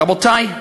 רבותי,